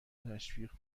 تشویق